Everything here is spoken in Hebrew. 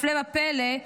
הפלא ופלא,